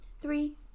Three